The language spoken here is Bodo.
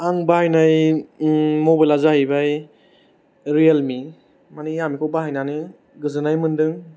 आं बायनाय मबाइलया जाहैबाय रियेलमि माने आं बे खौ बाहायनानै गोजोननाय मोनदों